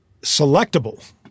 selectable